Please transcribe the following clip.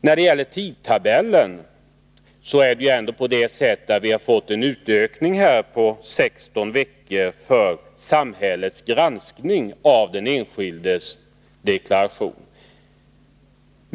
När det gäller tidtabellen har vi ju fått en utökning med 16 veckor av tiden för samhällets granskning av den enskildes deklaration.